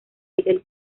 del